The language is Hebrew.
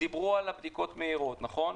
דיברו על הבדיקות המהירות, נכון?